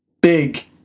big